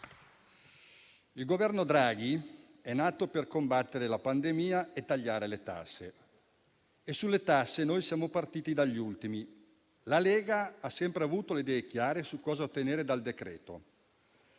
Il Governo Draghi è nato per combattere la pandemia e tagliare le tasse. Sulle tasse noi siamo partiti dagli ultimi. La Lega ha sempre avuto le idee chiare su cosa ottenere dal decreto.